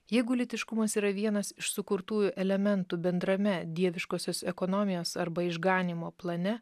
jeigu lytiškumas yra vienas iš sukurtųjų elementų bendrame dieviškosios ekonomijos arba išganymo plane